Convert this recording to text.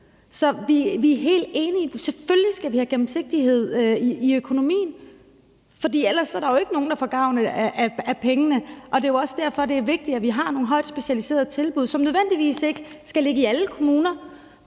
Så vi er helt enige; selvfølgelig skal vi have gennemsigtighed i økonomien, for ellers er der jo ikke nogen, der får gavn af pengene. Og det er jo også derfor, det er vigtigt, at vi har nogle højt specialiserede tilbud, som ikke nødvendigvis skal ligge i alle kommuner,